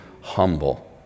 humble